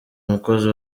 umukozi